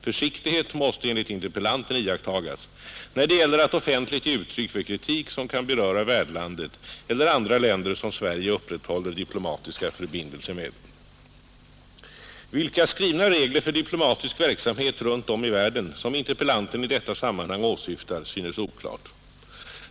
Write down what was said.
Försiktighet måste enligt interpellanten iakttagas när det gäller att offentligt ge uttryck för kritik som kan beröra värdlandet eller andra länder som Sverige upprätthåller diplomatiska förbindelser med. Vilka skrivna regler för diplomatisk verksamhet runt om i världen som interpellanten i detta sammanhang åsyftar synes oklart.